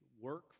work